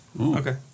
Okay